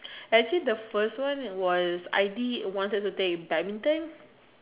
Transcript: actually the first one it was I did wanted to take badminton